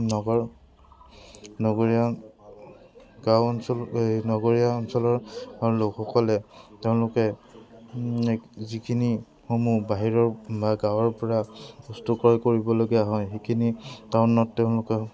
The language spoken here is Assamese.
নগৰ নগৰীয়া গাঁও অঞ্চল এই নগৰীয়া অঞ্চলৰ লোকসকলে তেওঁলোকে যিখিনি সমূহ বাহিৰৰ বা গাঁৱৰ পৰা বস্তু ক্ৰয় কৰিবলগীয়া হয় সেইখিনি টাউনত তেওঁলোকে